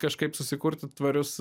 kažkaip susikurti tvarius